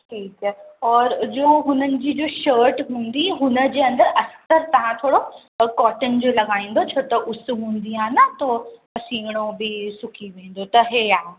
ठीकु आहे और जो हुननि जी जो शर्ट हूंदी हुन जे अंदरि अस्तर तव्हां थोरो कॉटन जो लॻाईंदो छो त उस हूंदी आहे न त पसीनो बि सुकी वेंदो त हीउ आहे